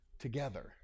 Together